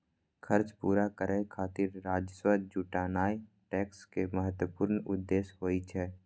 खर्च पूरा करै खातिर राजस्व जुटेनाय टैक्स के महत्वपूर्ण उद्देश्य होइ छै